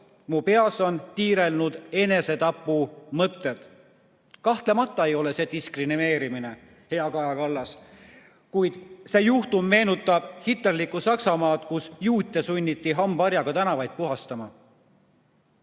Mu peas on tiirelnud enesetapumõtted." Kahtlemata ei ole see diskrimineerimine, hea Kaja Kallas. Kuid see juhtum meenutab hitlerlikku Saksamaad, kus juute sunniti hambaharjaga tänavaid puhastama.